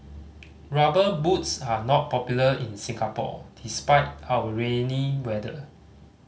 Rubber Boots are not popular in Singapore despite our rainy weather